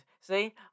See